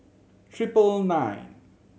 triple nine